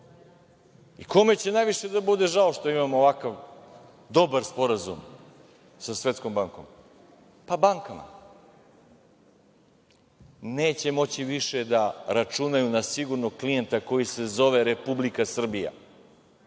će najviše da bude žao što imamo ovako dobar sporazum sa Svetskom bankom? Bankama. Neće moći više da računaju na sigurnog klijenta koji se zove Republika Srbija,